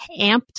amped